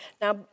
Now